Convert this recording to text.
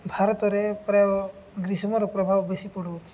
ଭାରତରେ ପ୍ରାୟ ଗ୍ରୀଷ୍ମର ପ୍ରଭାବ ବେଶୀ ପଡ଼ୁଅଛି